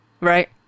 right